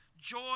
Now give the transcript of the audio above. joy